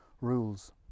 rules